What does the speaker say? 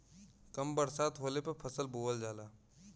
कम बरसात होले पर फसल बोअल जाला